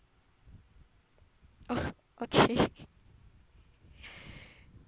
oh okay